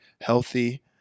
healthy